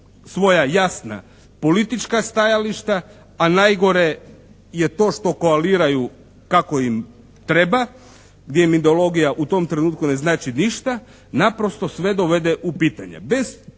svoja jasna politička stajališta, a najgore je to što koaliraju kako im treba, gdje midologija u tom trenutku ne znači ništa naprosto sve dovede u pitanje.